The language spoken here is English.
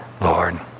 Lord